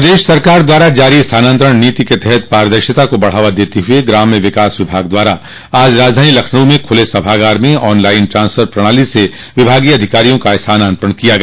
प्रदेश सरकार द्वारा जारी स्थानांतरण नीति क तहत पारदर्शिता को बढ़ावा देते हुए ग्राम्य विकास विभाग द्वारा आज राजधानी लखनऊ में खुले सभागार में ऑन लाइन ट्रांसफर प्रणाली से विभागीय अधिकारियों का स्थानांतरण किया गया